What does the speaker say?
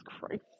Christ